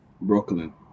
Brooklyn